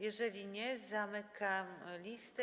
Jeżeli nie, zamykam listę.